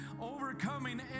overcoming